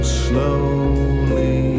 slowly